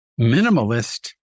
minimalist